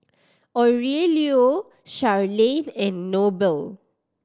Aurelio Sharleen and Noble